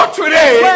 today